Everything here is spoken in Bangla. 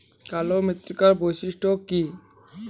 কালো মৃত্তিকার বৈশিষ্ট্য গুলি কি কি?